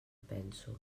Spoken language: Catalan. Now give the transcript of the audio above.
penso